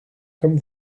comme